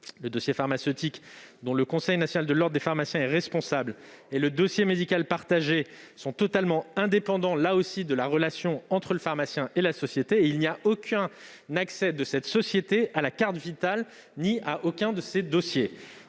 Le dossier pharmaceutique, dont le Conseil national de l'Ordre des pharmaciens est responsable, et le dossier médical partagé sont totalement indépendants, là aussi, de la relation entre le pharmacien et la société. Il n'y a aucun accès possible de cette société à la carte Vitale ou à l'un de ces dossiers.